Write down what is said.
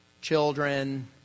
children